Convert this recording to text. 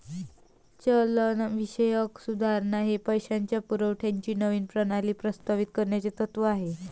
चलनविषयक सुधारणा हे पैशाच्या पुरवठ्याची नवीन प्रणाली प्रस्तावित करण्याचे तत्त्व आहे